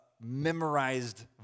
memorized